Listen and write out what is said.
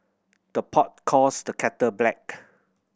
the pot calls the kettle black